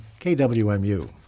KWMU